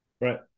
Right